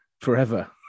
forever